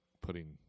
putting